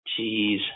jeez